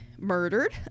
murdered